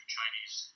Chinese